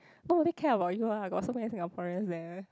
nobody care about you ah got so many Singaporeans there